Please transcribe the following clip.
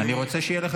אל תיתן קריאות